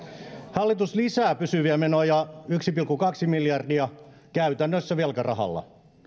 hallitus lisää pysyviä menoja yksi pilkku kaksi miljardia käytännössä velkarahalla